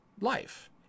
life